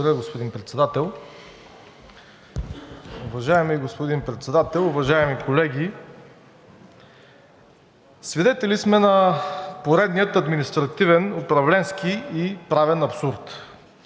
Благодаря, господин Председател.